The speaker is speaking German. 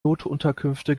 notunterkünfte